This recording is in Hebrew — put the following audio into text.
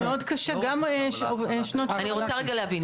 מאוד קשה שגם בנות שירות --- אני רוצה רגע להבין,